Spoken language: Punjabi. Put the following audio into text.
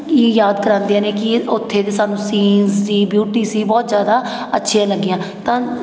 ਹੀ ਯਾਦ ਕਰਾਉਂਦੀਆਂ ਨੇ ਕਿ ਉੱਥੇ ਦੇ ਸਾਨੂੰ ਸੀਨਜ਼ ਸੀ ਬਿਊਟੀ ਸੀ ਬਹੁਤ ਜ਼ਿਆਦਾ ਅੱਛੀਆਂ ਲੱਗੀਆਂ ਤਾਂ